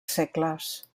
segles